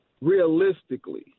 realistically